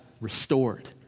restored